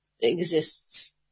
exists